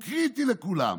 הוא קריטי לכולם.